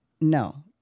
no